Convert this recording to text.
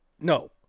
no